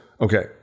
okay